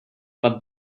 but